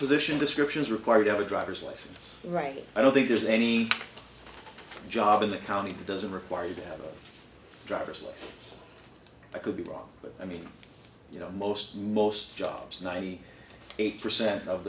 position descriptions required of a driver's license right i don't think there's any job in the county doesn't require you to have a driver's license that could be wrong but i mean you know most most jobs ninety eight percent of